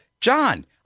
john